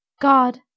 god